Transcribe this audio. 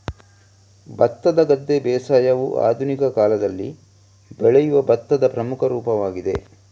ಭತ್ತದ ಗದ್ದೆ ಬೇಸಾಯವು ಆಧುನಿಕ ಕಾಲದಲ್ಲಿ ಬೆಳೆಯುವ ಭತ್ತದ ಪ್ರಮುಖ ರೂಪವಾಗಿದೆ